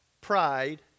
pride